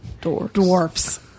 dwarfs